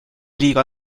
liiga